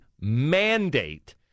mandate